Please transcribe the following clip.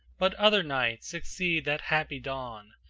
but other nights succeed that happy dawn,